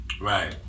Right